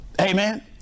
Amen